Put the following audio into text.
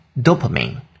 dopamine